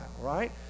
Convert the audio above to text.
right